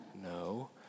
No